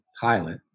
pilot